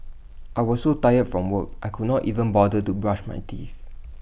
I was so tired from work I could not even bother to brush my teeth